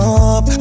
up